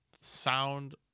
Sound